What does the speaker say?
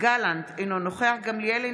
יואב גלנט, אינו נוכח גילה גמליאל,